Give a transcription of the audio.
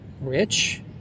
rich